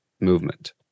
movement